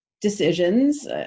decisions